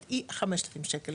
היא 5000 שקל.